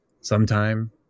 sometime